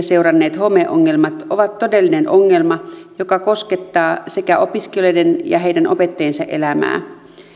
seuranneet homeongelmat ovat todellinen ongelma joka koskettaa sekä opiskelijoiden että heidän opettajiensa elämää